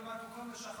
עוד מעט הוא קם לשחרית,